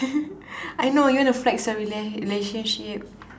I know you want to flex your rela~ relationship